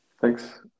thanks